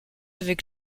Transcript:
avec